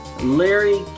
Larry